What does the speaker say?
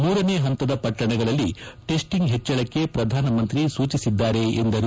ಮೂರನೇ ಪಂತದ ಪಟ್ಟಣಗಳಲ್ಲಿ ಟೆಸ್ಟಿಂಗ್ ಹೆಚ್ಚಳಕ್ಕೆ ಪ್ರಧಾನ ಮಂತ್ರಿ ಸೂಜಿಸಿದ್ದಾರೆ ಎಂದರು